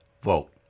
vote